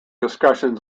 discussion